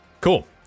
cool